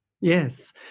Yes